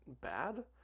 bad